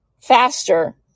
faster